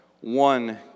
one